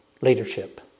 leadership